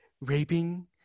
raping